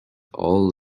all